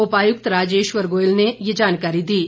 उपायुक्त राजेश्वर गोयल ने ये जानकारी दी है